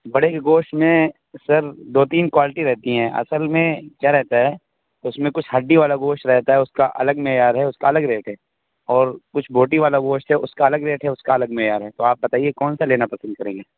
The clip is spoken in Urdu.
بڑے کے گوشت میں سر دو تین کوالٹی رہتی ہیں اصل میں کیا رہتا ہے اس میں کچھ ہڈی والا گوشت رہتا ہے اس کا الگ معیار ہے اس کا الگ ریٹ ہے اور کچھ بوٹی والا گوشت ہے اس کا الگ ریٹ ہے اس کا الگ معیار ہے تو آپ بتائیے کون سا لینا پسند کریں گے